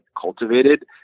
cultivated